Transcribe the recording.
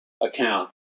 account